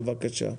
בבקשה.